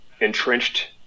entrenched